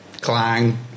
Clang